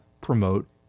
promote